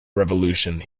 revolution